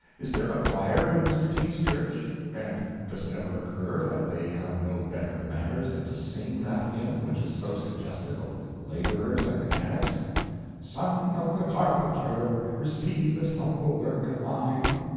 is there a choir in mr. t s church? and does it ever occur that they have no better manners than to sing that hymn which is so suggestive of labourers and mechanics son of the carpenter! receive this humble work of mine?